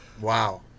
Wow